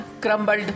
crumbled